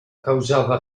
causava